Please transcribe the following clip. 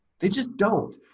they just don't.